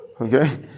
Okay